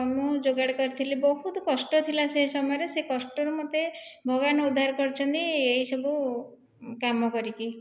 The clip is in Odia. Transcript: ମୁଁ ଯୋଗାଡ଼ କରିଥିଲି ବହୁତ କଷ୍ଟ ଥିଲା ସେହି ସମୟରେ ସେହି କଷ୍ଟରୁ ମୋତେ ଭଗବାନ ଉଦ୍ଧାର କରିଛନ୍ତି ଏହି ସବୁ କାମ କରିକି